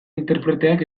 interpreteak